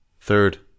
third